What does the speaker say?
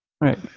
Right